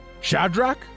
Shadrach